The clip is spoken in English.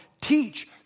teach